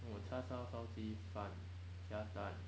no 叉烧烧鸡饭加蛋